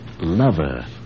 lover